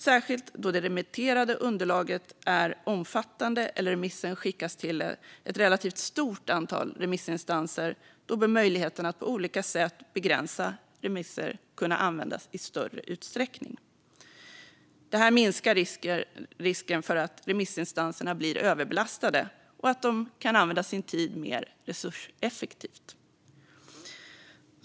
Särskilt då det remitterade underlaget är omfattande eller då remissen skickas till ett relativt stort antal remissinstanser bör möjligheten att på olika sätt begränsa remisserna kunna användas i större utsträckning. Det minskar risken för att remissinstanserna blir överbelastade, och de kan då använda sin tid mer resurseffektivt.